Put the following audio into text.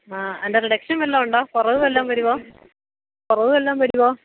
ആ അതിന്റെ റിഡക്ഷൻ വല്ലതും ഉണ്ടോ കുറവു വല്ലതും വരുമോ കുറവു വല്ലതും വരുമോ